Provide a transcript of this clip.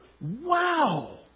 wow